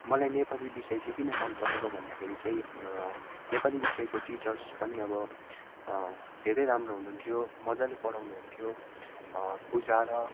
मलाई नेपाली विषय चाहिँ किन मनपरेको भन्दाखेरि चाहिँ नेपाली विषयको टिचर्स पनि अब धेरै राम्रो हुनुहुन्थ्यो मजाले पढाउनुहुन्थ्यो बुझाएर